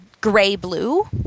gray-blue